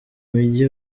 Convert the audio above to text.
mugi